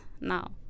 now